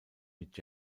mit